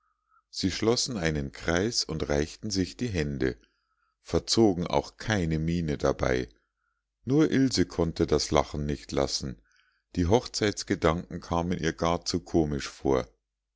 sie schlossen einen kreis und reichten sich die hände verzogen auch keine miene dabei nur ilse konnte das lachen nicht lassen die hochzeitsgedanken kamen ihr gar zu komisch vor